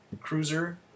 cruiser